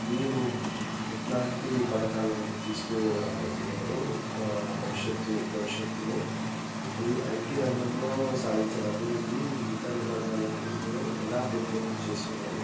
మీరు ఎలాంటి పథకాలు తీసుకురాబోతున్నారు ఆ భవిష్యత్తు భవిష్యత్తులో ఐటీ రంగంలో సాధించిన అభివృద్ధి ఇతర రంగాలలో ఎలా పెంపొందింప చేస్తున్నారు